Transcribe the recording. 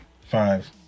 five